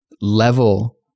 level